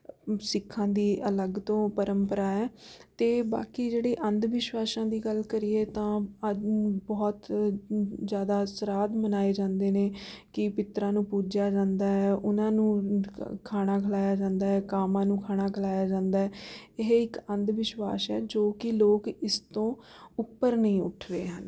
ਸਿੱਖਾਂ ਦੀ ਅਲੱਗ ਤੋਂ ਪ੍ਰੰਪਰਾ ਹੈ ਅਤੇ ਬਾਕੀ ਜਿਹੜੇ ਅੰਧਵਿਸ਼ਵਾਸਾਂ ਦੀ ਗੱਲ ਕਰੀਏ ਤਾਂ ਅੱ ਬਹੁਤ ਜ਼ਿਆਦਾ ਸਰਾਧ ਮਨਾਏ ਜਾਂਦੇ ਨੇ ਕੀ ਪਿੱਤਰਾਂ ਨੂੰ ਪੂਜਿਆ ਜਾਂਦਾ ਹੈ ਉਨ੍ਹਾਂ ਨੂੰ ਖਾਣਾ ਖਲਾਇਆ ਜਾਂਦਾ ਹੈ ਕਾਵਾਂ ਨੂੰ ਖਾਣਾ ਖਲਾਇਆ ਜਾਂਦਾ ਹੈ ਇਹ ਇੱਕ ਅੰਧਵਿਸ਼ਵਾਸ ਹੈ ਜੋ ਕਿ ਲੋਕ ਇਸ ਤੋਂ ਉੱਪਰ ਨਹੀਂ ਉੱਠ ਰਹੇ ਹਨ